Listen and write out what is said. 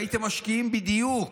הייתם משקיעים בדיוק